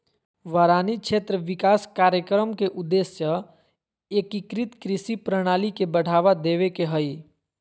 वारानी क्षेत्र विकास कार्यक्रम के उद्देश्य एकीकृत कृषि प्रणाली के बढ़ावा देवे के हई